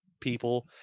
people